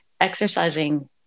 exercising